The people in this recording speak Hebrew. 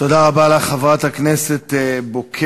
תודה רבה לך, חברת הכנסת בוקר.